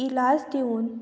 इलाज दिवून